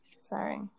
sorry